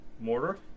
Mortar